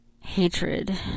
hatred